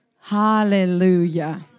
Hallelujah